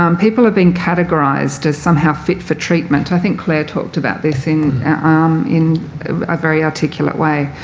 um people have been categorised as somehow fit for treatment. i think claire talked about this in um in a very articulate way,